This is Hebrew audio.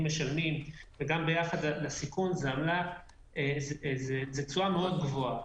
משלמים וגם ביחס לסיכון זאת תשואה מאוד גבוהה.